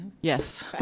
Yes